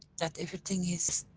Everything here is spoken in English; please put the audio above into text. that everything is